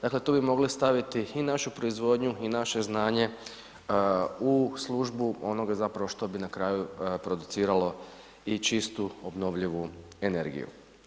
Dakle, tu bi mogli staviti i našu proizvodnju i naše znanje u službu onoga zapravo što bi na kraju produciralo i čistu obnovljivu energiju.